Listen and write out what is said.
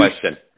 question